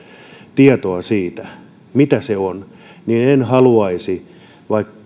tietoa siitä mitä se on en kyllä haluaisi vaikka